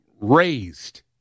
raised